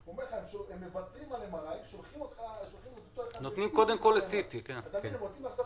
מוותרים על MRI ושולחים קודם כל ל-CT כדי לחסוך